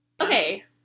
Okay